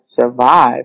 survive